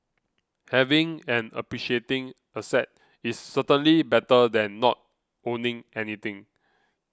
having an appreciating asset is certainly better than not owning anything